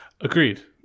Agreed